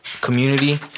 community